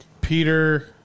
Peter